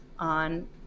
on